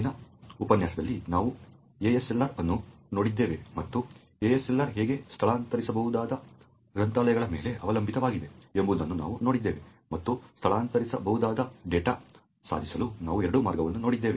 ಹಿಂದಿನ ಉಪನ್ಯಾಸದಲ್ಲಿ ನಾವು ASLR ಅನ್ನು ನೋಡಿದ್ದೇವೆ ಮತ್ತು ASLR ಹೇಗೆ ಸ್ಥಳಾಂತರಿಸಬಹುದಾದ ಗ್ರಂಥಾಲಯಗಳ ಮೇಲೆ ಅವಲಂಬಿತವಾಗಿದೆ ಎಂಬುದನ್ನು ನಾವು ನೋಡಿದ್ದೇವೆ ಮತ್ತು ಸ್ಥಳಾಂತರಿಸಬಹುದಾದ ಡೇಟಾವನ್ನು ಸಾಧಿಸಲು ನಾವು ಎರಡು ಮಾರ್ಗಗಳನ್ನು ನೋಡಿದ್ದೇವೆ